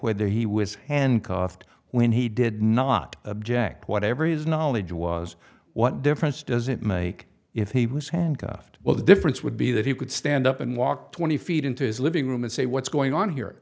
whether he was handcuffed when he did not object whatever his knowledge was what difference does it make if he was handcuffed well the difference would be that he would stand up and walk twenty feet into his living room and say what's going on here